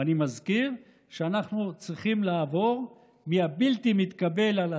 ואני מזכיר שאנחנו צריכים לעבור מהבלתי-מתקבל על הדעת,